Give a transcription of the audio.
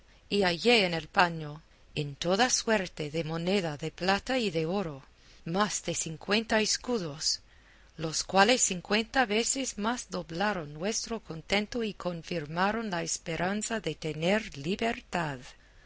y hallé en el paño en toda suerte de moneda de plata y de oro más de cincuenta escudos los cuales cincuenta veces más doblaron nuestro contento y confirmaron la esperanza de tener libertad